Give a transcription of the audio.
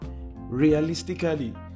realistically